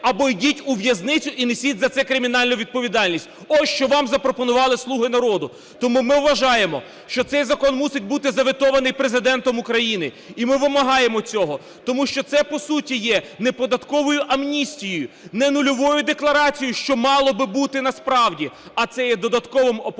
або йдіть у в'язницю і несіть за це кримінальну відповідальність. Ось що вам запропонували "слуги народу". Тому ми вважаємо, що цей закон мусить бути заветований Президентом України. І ми вимагаємо цього. Тому що це по суті є не податковою амністією, не нульовою декларацією, що мало би бути насправді, а це є додатковим